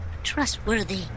trustworthy